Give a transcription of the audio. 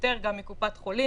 זה מה שהתכוונתי.